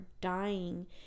dying